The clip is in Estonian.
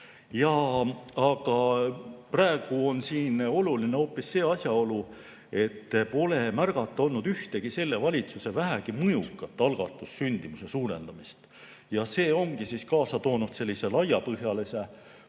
Aga praegu on siin oluline hoopis see, et pole olnud märgata ühtegi selle valitsuse vähegi mõjukat algatust sündimuse suurendamiseks. See ongi kaasa toonud sellise laiapõhjalise